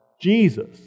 Jesus